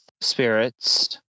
spirits